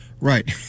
right